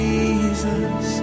Jesus